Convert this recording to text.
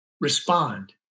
respond